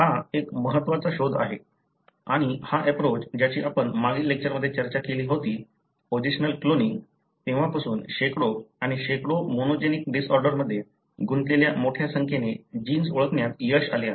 हा एक महत्त्वाचा शोध आहे आणि हा एप्रोच ज्याची आपण मागील लेक्चर मध्ये चर्चा केली होती पोझिशनल क्लोनिंग तेव्हापासून शेकडो आणि शेकडो मोनोजेनिक डिसऑर्डरमध्ये गुंतलेल्या मोठ्या संख्येने जीन्स ओळखण्यात यश आले आहे